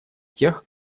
тех